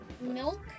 milk